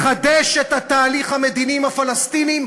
ולחדש את התהליך המדיני עם הפלסטינים,